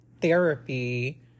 therapy